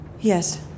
Yes